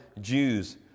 Jews